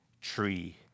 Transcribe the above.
tree